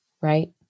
right